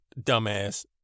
dumbass